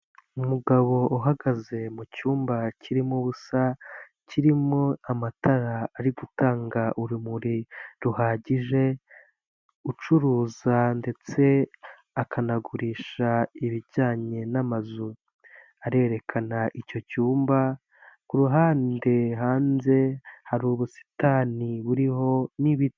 Umugabo uhagaze mu cyumba kirimo ubusa kirimo amatara ari gutanga urumuri ruhagije, ucuruza ndetse akanagurisha ibijyanye n'amazu arerekana icyo cyumba, ku ruhande hanze hari ubusitani buriho n'ibiti.